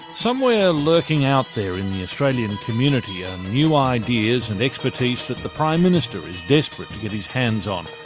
somewhere lurking out there in the australian community are new ideas and expertise that the prime minister is desperate to get his hands on.